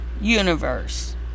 universe